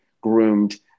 groomed